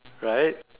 right